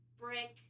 brick